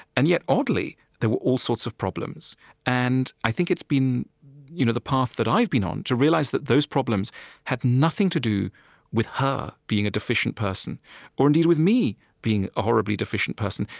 and yet, oddly, there were all sorts of problems and i think it's been you know the path that i've been on to realize that those problems had nothing to do with her being a deficient person or indeed with me being a horribly deficient person.